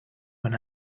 when